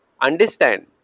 understand